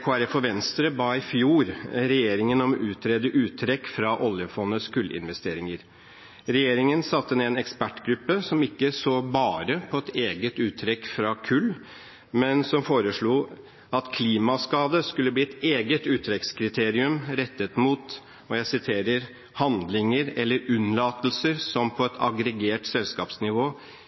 Kristelig Folkeparti og Venstre ba i fjor regjeringen om å utrede uttrekk fra oljefondets kullinvesteringer. Regjeringen satte ned en ekspertgruppe som ikke bare så på et eget uttrekk fra kull, men som også foreslo at klimaskade skulle bli et eget uttrekkskriterium rettet mot «handlinger eller unnlatelser som på et aggregert selskapsnivå